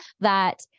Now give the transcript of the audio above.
that-